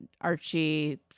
Archie